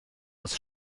oedd